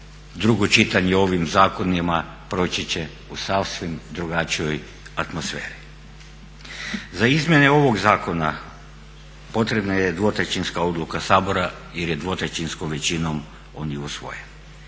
drugo čitanje ovim zakonima proći će u sasvim drugačijoj atmosferi. Za izmjene ovog zakona potrebna je 2/3-ska odluka Sabora jer je 2/3-skom većinom on i usvojen.